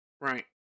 Right